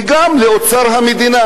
וגם לאוצר המדינה,